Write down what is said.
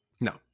No